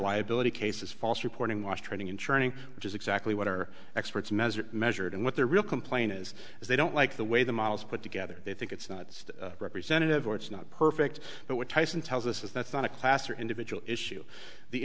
liability case is false reporting watch training in churning which is exactly what are experts measured measured and what their real complaint is is they don't like the way the models are put together they think it's not representative or it's not perfect but what tyson tells us is that's not a class or individual issue the